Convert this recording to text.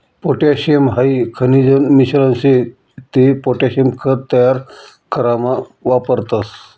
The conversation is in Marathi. पोटॅशियम हाई खनिजन मिश्रण शे ते पोटॅशियम खत तयार करामा वापरतस